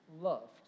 loved